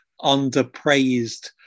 underpraised